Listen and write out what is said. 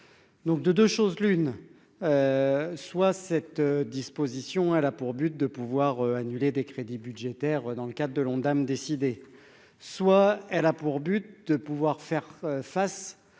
donc de 2 choses l'une : soit cette disposition, elle a pour but de pouvoir annuler des crédits budgétaires dans le cadre de l'Ondam décider, soit elle a pour but de pouvoir faire face